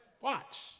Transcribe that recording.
Watch